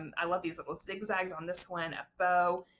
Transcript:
um i love these little zigzags on this one, a bow,